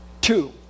Two